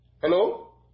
Hello